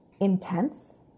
intense